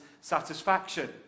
satisfaction